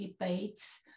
debates